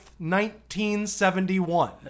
1971